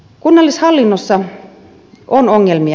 kunnallishallinnossa on ongelmia